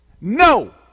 No